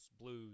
Blues